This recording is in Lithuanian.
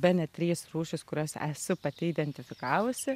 bene trys rūšys kurias esu pati identifikavusi